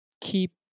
keep